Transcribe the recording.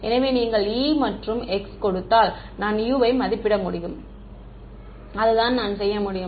எனவே நீங்கள் எனக்கு e மற்றும் X கொடுத்தால் நான் U வை மதிப்பிட முடியும் மற்றும் நான் அதை எடுத்துக்கொண்டு இங்கே வைக்கலாம் அதுதான் நான் செய்ய முடியும்